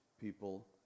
people